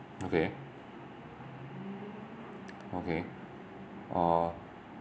okay okay orh